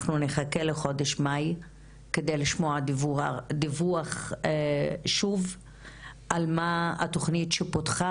אנחנו נחכה לחודש מאי כדי לשמוע דיווח שוב על מה התוכנית שפותחה